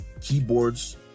keyboards